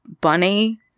bunny